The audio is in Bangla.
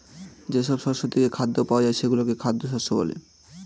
যেসব শস্য থেকে খাদ্য পাওয়া যায় সেগুলোকে খাদ্য শস্য বলে